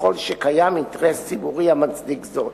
ככל שקיים אינטרס ציבורי המצדיק זאת,